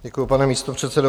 Děkuji, pane místopředsedo.